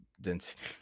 Density